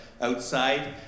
outside